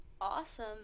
awesome